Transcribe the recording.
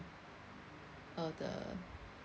all the